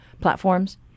platforms